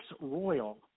Royal